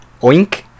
Oink